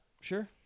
sure